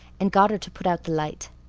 and got her to put out the light.